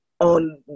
on